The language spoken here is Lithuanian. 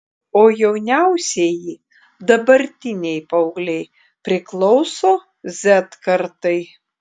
o jauniausieji dabartiniai paaugliai priklauso z kartai